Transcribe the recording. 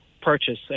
purchase